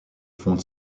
fonde